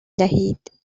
دهید